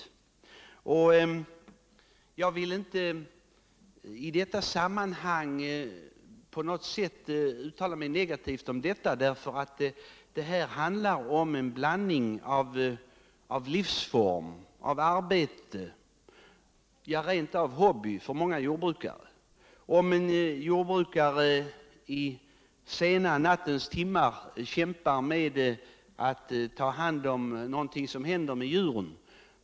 Jag vill i och för sig inte uttala mig negativt om detta förhållande, eftersom det när det gäller många jordbrukares arbetsinsats handlar om en livsform, en blandning av arbete och rent av hobby. En jordbrukare som i nattens sena timmar tvingas ingripa när något händer med djuren.